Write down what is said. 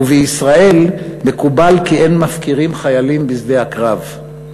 ובישראל מקובל כי אין מפקירים חיילים בשדה הקרב".